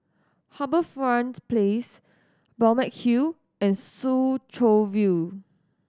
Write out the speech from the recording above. HarbourFront Place Balmeg Hill and Soo Chow View